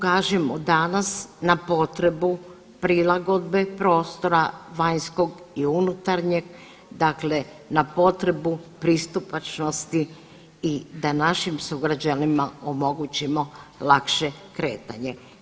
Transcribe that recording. Ukažimo danas na potrebu prilagodbe prostora vanjskog i unutarnjeg, dakle na potrebu pristupačnosti i da našim sugrađanima omogućimo lakše kretanje.